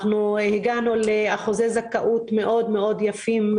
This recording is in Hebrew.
הגענו לאחוזי זכאות מאוד מאוד יפים,